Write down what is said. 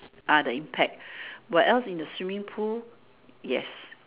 ah the impact where else in the swimming pool